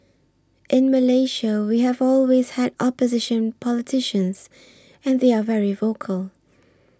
in Malaysia we have always had opposition politicians and they are very vocal